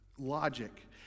Logic